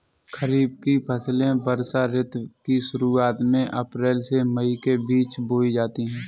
खरीफ की फसलें वर्षा ऋतु की शुरुआत में अप्रैल से मई के बीच बोई जाती हैं